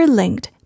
linked